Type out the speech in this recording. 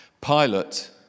Pilate